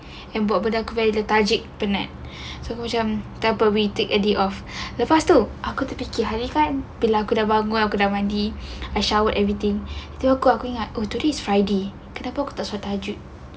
yang buat benda aku very penat so I macam tak apa we take a day off lepas tu aku terfikir hari tu kan bila aku dah bangun aku dah mandi I showered everything tiba-tiba aku ingat oh today is friday kenapa aku tak straight terjun